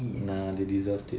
nah they deserved it